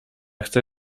chcę